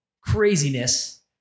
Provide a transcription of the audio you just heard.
craziness